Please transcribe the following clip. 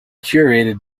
curated